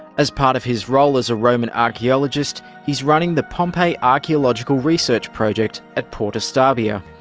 as part of his role as a roman archaeologist he's running the pompeii archaeological research project at porta stabia.